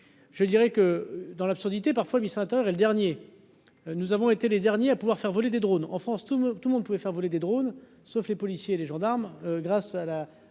Je dirais que dans l'absurdité parfois Center et le dernier, nous avons été les derniers à pouvoir faire voler des drônes en France, tout, tout le monde pouvait faire voler des drônes, sauf les policiers et les gendarmes. Grâce à la